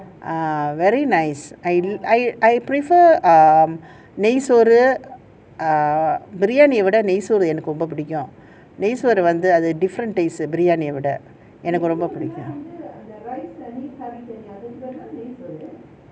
ah very nice I I I prefer um நெய்சோறு பிரயாணிய விட நெய்சோறு எனக்கு ரொம்ப பிடிக்கும்:sei soru biriyaaniya vida nei soru enaku romba pidikum err நெய் சோறு வந்து:nei soru vanthu different taste பிரியாணிய விட:biriyaaniya vida